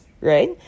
right